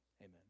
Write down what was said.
Amen